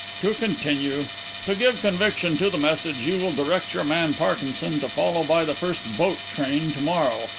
to continue to give conviction to the message you will direct your man parkinson to follow by the first boat-train to-morrow,